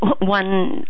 one